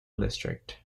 district